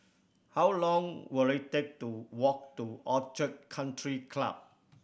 how long will it take to walk to Orchid Country Club